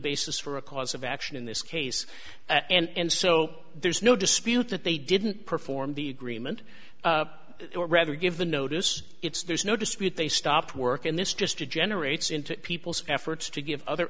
basis for a cause of action in this case and so there's no dispute that they didn't perform the agreement up or rather given notice it's there's no dispute they stopped work in this just to generates into people's efforts to give other